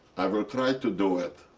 i will try to do it.